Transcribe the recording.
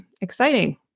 exciting